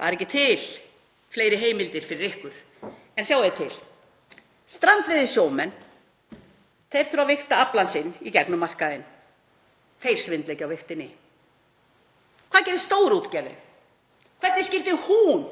Það eru ekki til fleiri heimildir fyrir ykkur. En sjáið til. Strandveiðisjómenn þurfa að vigta aflann sinn í gegnum markaðinn. Þeir svindla ekki á vigtinni. Hvað gerir stórútgerðin? Hvernig skyldi hún